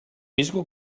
musical